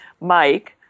Mike